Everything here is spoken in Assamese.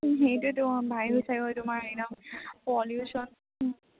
সেইটোৱেতো তোমাৰ একদম পলিউচন